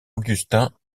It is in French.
agustín